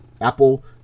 Apple